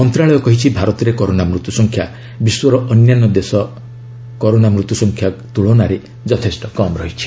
ମନ୍ତ୍ରଶାଳୟ କହିଛି ଭାରତରେ କରୋନା ମୃତ୍ୟୁ ସଂଖ୍ୟା ବିଶ୍ୱର ଅନ୍ୟାନ୍ୟ ଦେଶର କରୋନା ମୃତ୍ୟୁ ସଂଖ୍ୟା ତୁଳନାରେ ଯଥେଷ୍ଟ କମ୍ ରହିଛି